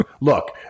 Look